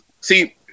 see